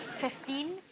fifteen.